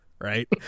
right